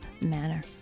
manner